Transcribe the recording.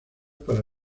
para